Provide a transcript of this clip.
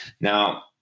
Now